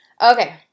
Okay